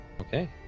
Okay